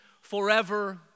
forever